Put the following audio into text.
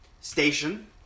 Station